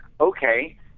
okay